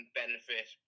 benefit